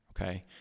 okay